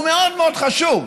הוא מאוד מאוד חשוב,